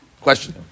Question